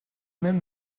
même